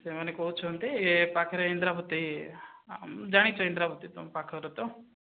ସେମାନେ କହୁଛନ୍ତି ଏଇ ପାଖରେ ଇନ୍ଦ୍ରାବତୀ ଜାଣିଛ ଇନ୍ଦ୍ରାବତୀ ତୁମ ପାଖରେ ତ